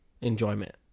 enjoyment